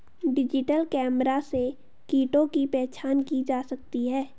digital camera से कीटों की पहचान की जा सकती है